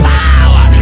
power